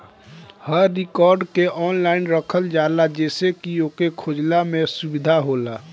हर record के online रखल जाला जेसे की ओके खोजला में सुबिधा होखे